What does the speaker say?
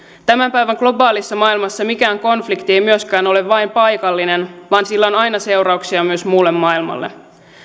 tämän päivän globaalissa maailmassa mikään konflikti ei myöskään ole vain paikallinen vaan sillä on aina seurauksia myös muulle maailmalle